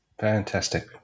Fantastic